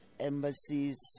embassies